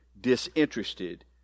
disinterested